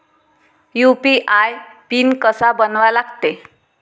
UPI PIN कसा बनवा लागते?